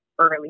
early